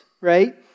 right